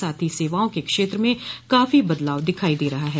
साथ ही सेवाओं के क्षेत्र में काफी बदलाव दिखाई दे रहा है